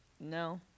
no